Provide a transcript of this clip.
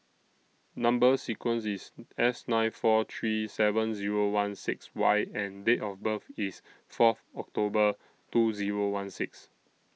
Number sequence IS S nine four three seven Zero one six Y and Date of birth IS Fourth October two Zero one six